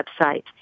website